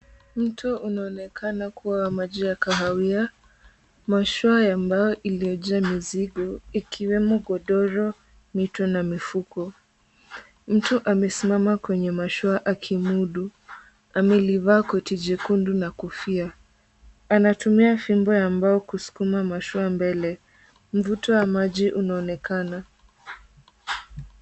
Mto unaonekana kuwa wa maji ya kahawia. Mashua ambayo iliyojaa mizigo ikiwemo godoro mito na mifuko. Mtu amesiamama kwenye mashua akimudu, amelivaa koti jekundu na kofia. Anatumia fimbo ya mbao kusukuma mashua mbele, mvuto wa maji unaonekana.